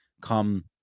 come